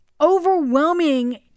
overwhelming